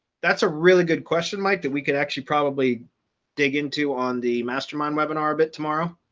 that's a really good question, mike, that we could actually probably dig into on the mastermind webinar, but tomorrow